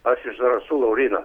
aš iš zarasų lauryna